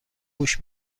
گوش